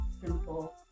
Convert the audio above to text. simple